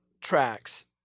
tracks